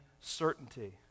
certainty